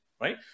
Right